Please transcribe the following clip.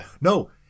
no